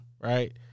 Right